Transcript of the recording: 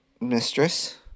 mistress